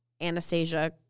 Anastasia